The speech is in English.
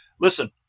Listen